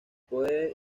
puede